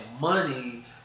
money